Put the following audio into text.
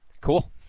Cool